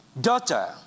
daughter